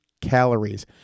calories